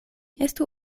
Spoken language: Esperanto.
estu